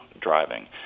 driving